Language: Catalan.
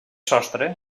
sostre